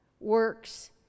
works